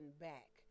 back